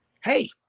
Hey